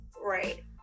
Right